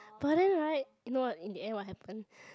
but then right you know what in the end what happen